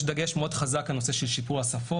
יש דגש מאוד חזק על הנושא של שיפור השפות,